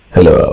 Hello